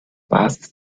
basis